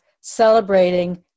celebrating